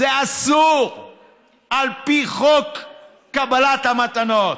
זה אסור על פי חוק קבלת המתנות.